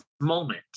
moment